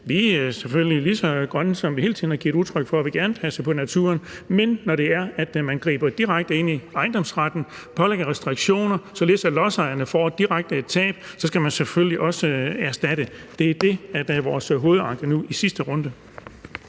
lige så grønne som vi hele tiden har givet udtryk for, og vi vil gerne passe på naturen, men når det er, man griber direkte ind i ejendomsretten, pålægger restriktioner, således at lodsejerne direkte får et tab, så skal man selvfølgelig også erstatte det. Det er det, der er vores hovedanke nu i sidste runde.